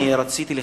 רציתי,